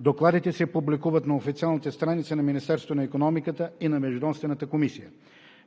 Докладите се публикуват на официалните страници на Министерството на икономиката и на Междуведомствената комисия.